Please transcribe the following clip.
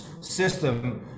system